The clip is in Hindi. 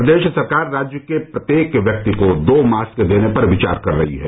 प्रदेश सरकार राज्य के प्रत्येक व्यक्ति को दो मास्क देने पर विचार कर रही है